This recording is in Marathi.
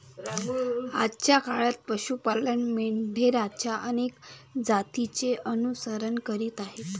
आजच्या काळात पशु पालक मेंढरांच्या अनेक जातींचे अनुसरण करीत आहेत